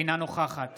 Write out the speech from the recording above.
אינה נוכחת